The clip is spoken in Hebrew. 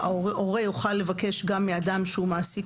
שהורה יוכל לבקש גם מאדם שהוא מעסיק